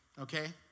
Okay